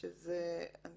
זה היה